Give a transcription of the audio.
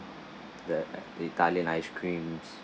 the italian ice creams